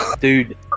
Dude